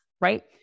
right